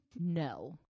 No